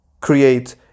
create